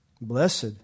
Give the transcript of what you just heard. Blessed